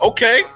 Okay